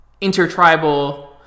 intertribal